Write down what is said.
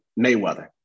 Mayweather